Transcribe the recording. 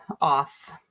off